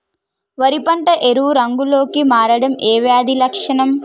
వరి పంట ఎరుపు రంగు లో కి మారడం ఏ వ్యాధి లక్షణం?